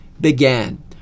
began